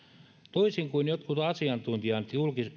toisin kuin jotkut asiantuntijat